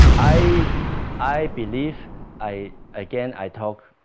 i i believe i, again i talk